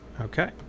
Okay